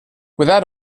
without